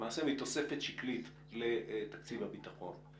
למעשה מתוספת שקלית לתקציב הביטחון.